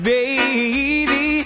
Baby